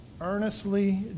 earnestly